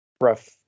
rough